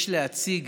יש להציג